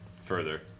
further